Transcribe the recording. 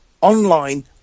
online